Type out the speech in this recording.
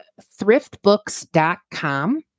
Thriftbooks.com